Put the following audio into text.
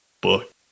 book